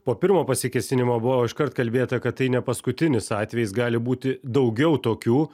po pirmo pasikėsinimo buvo iškart kalbėta kad tai ne paskutinis atvejis gali būti daugiau tokių